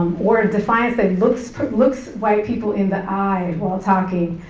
or a defiance that looks but looks white people in the eye while talking.